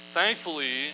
Thankfully